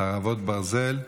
חרבות ברזל).